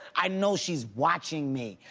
i know she's watching me.